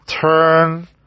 turn